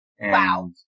Wow